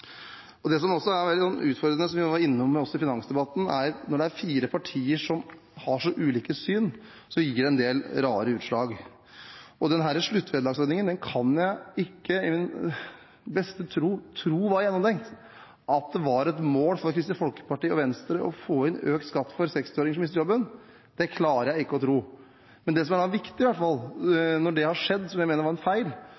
til. Det som også er veldig utfordrende, som jeg også var innom i finansdebatten, er at når det er fire partier som har så ulike syn, så gir det en del rare utslag. Denne sluttvederlagsordningen kan jeg ikke i min beste tro tro var gjennomtenkt. At det var et mål for Kristelig Folkeparti og Venstre å innføre økt skatt for 60-åringer som mister jobben, klarer jeg ikke å tro. Men det som i hvert fall er viktig når det har skjedd, som jeg mener var en feil,